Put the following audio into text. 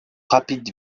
rapid